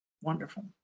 wonderful